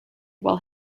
while